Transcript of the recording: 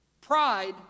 Pride